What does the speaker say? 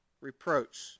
reproach